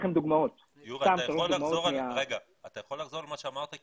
יורי, אתה יכול לחזור על מה שאמרת?